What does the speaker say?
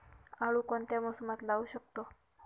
आळू कोणत्या मोसमात लावू शकतो?